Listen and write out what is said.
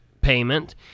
payment